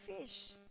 fish